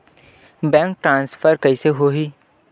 Bank transfer कइसे होही?